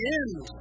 end